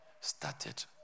started